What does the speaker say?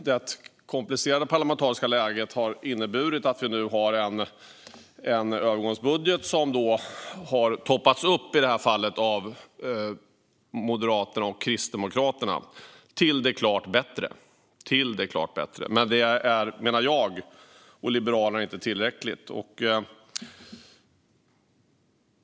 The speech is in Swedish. Det komplicerade parlamentariska läget har inneburit att vi nu har en övergångsbudget som har toppats upp av Moderaterna och Kristdemokraterna till det klart bättre. Men det är, menar jag och Liberalerna, inte tillräckligt.